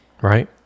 right